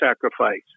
sacrifice